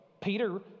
Peter